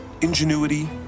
ingenuity